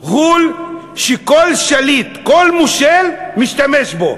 "ע'ול", שכל שליט, כל מושל משתמש בו,